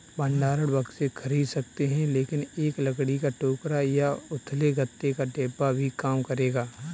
भंडारण बक्से खरीद सकते हैं लेकिन एक लकड़ी का टोकरा या उथले गत्ते का डिब्बा भी काम करेगा